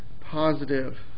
positive